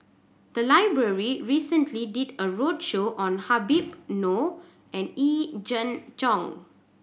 the library recently did a roadshow on Habib Noh and Yee Jenn Jong